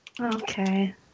Okay